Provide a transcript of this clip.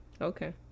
Okay